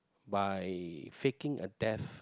by faking a death